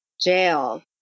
jail